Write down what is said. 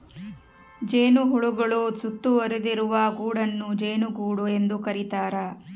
ಜೇನುಹುಳುಗಳು ಸುತ್ತುವರಿದಿರುವ ಗೂಡನ್ನು ಜೇನುಗೂಡು ಎಂದು ಕರೀತಾರ